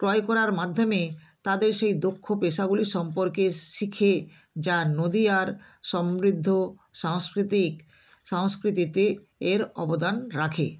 ক্রয় করার মাধ্যমে তাদের সেই দক্ষ পেশাগুলি সম্পর্কে শেখে যা নদিয়ার সমৃদ্ধ সাংস্কৃতিক সংস্কৃতিতে এর অবদান রাখে